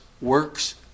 works